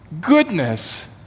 goodness